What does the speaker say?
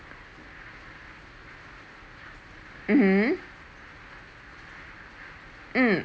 mmhmm mm